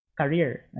career